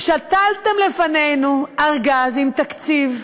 שתלתם לפנינו ארגז עם תקציב,